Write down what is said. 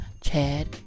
Chad